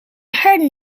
heard